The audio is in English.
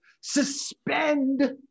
Suspend